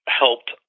helped